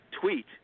tweet